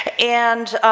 and